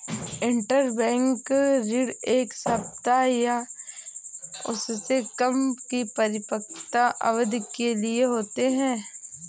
interbank ऋण एक सप्ताह या उससे कम की परिपक्वता अवधि के लिए होते हैं